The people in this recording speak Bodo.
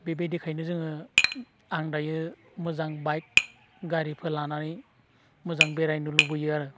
बेबायदि खायनो जोङो आं दायो मोजां बाइक गारिफोर लानानै मोजां बेरायनो लुबैयो आरो